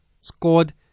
scored